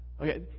Okay